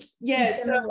yes